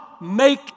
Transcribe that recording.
make